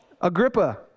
Agrippa